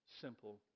simple